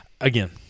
again